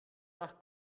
nach